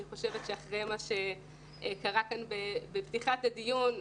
אני חושבת שאחרי מה שקרה כאן בפתיחת הדיון,